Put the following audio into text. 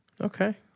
Okay